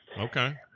Okay